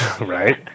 Right